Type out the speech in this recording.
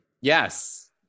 Yes